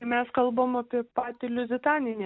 mes kalbam apie patį liuzitaninį